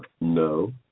No